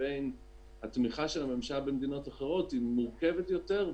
לבין התמיכה של הממשלה במדינות אחרות היא מורכבת יותר,